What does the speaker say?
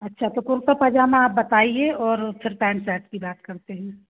अच्छा तो कुर्ता पजामा आप बताइए और फिर पैंट सर्ट की बात करते हैं